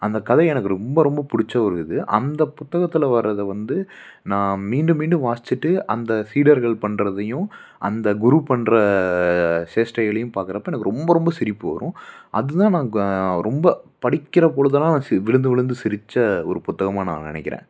அந்த கதை எனக்கு ரொம்ப ரொம்ப பிடிச்ச ஒரு இது அந்த புத்தகத்தில் வர்றதை வந்து நான் மீண்டும் மீண்டும் வாசிச்சிட்டு அந்த சீடர்கள் பண்ணுறதையும் அந்த குரு பண்ணுற சேட்டைகளையும் பார்க்கறப்ப எனக்கு ரொம்ப ரொம்ப சிரிப்பு வரும் அது தான் நான் கா ரொம்ப படிக்கிற பொழுதெல்லாம் நா சி விழுந்து விழுந்து சிரித்த ஒரு புத்தகமாக நான் நினைக்கிறேன்